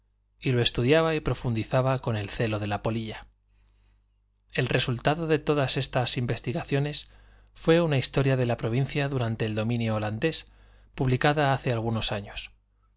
y lo estudiaba y profundizaba con el celo de la polilla el resultado de todas estas investigaciones fué una historia de la provincia durante el dominio holandés publicada hace algunos años